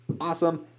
awesome